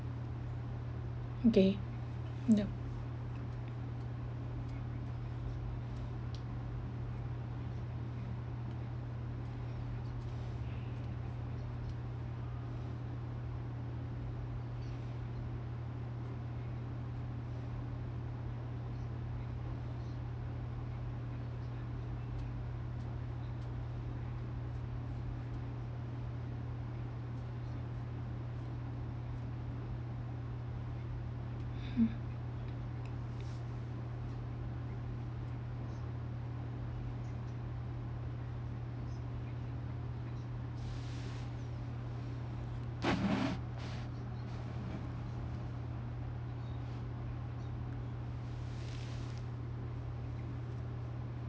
okay yeah